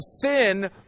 sin